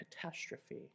catastrophe